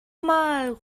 mal